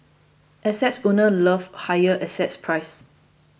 assets owners love higher assets prices